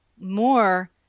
more